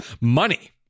Money